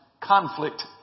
conflict